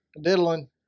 diddling